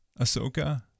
Ahsoka